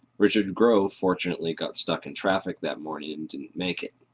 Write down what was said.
richard grove fortunately, got stuck in traffic that morning and didn't make it.